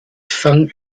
fang